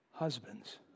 Husbands